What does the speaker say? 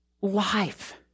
Life